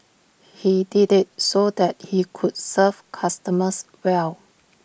he did IT so that he could serve customers well